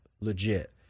legit